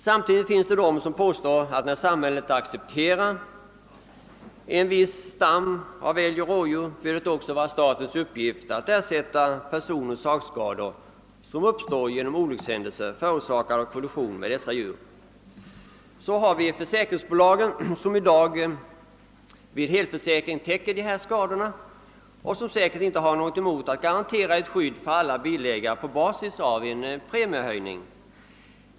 Samtidigt finns det personer som hävdar att när samhället accepterar en viss stam av älg och rådjur bör det också vara statens uppgift att ersätta personoch sakskada som uppstår genom olyckshändelse förorsakad av kollision med ifrågavarande djur. Så har vi försäkringsbolagen som i dag vid helförsäkring täcker sådana skador och som säkerligen inte har något emot att garantera ett skydd för alla bilägare på basis av en premiehöjning.